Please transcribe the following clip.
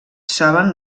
saben